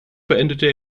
beendete